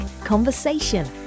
conversation